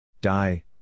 Die